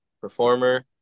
performer